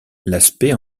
l’aspect